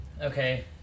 Okay